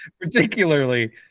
particularly